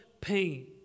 pain